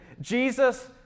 Jesus